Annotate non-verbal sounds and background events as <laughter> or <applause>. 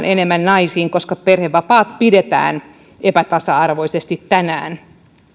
<unintelligible> enemmän naisiin koska perhevapaat pidetään epätasa arvoisesti tänään